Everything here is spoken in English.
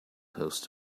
post